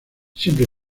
siempre